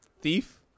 thief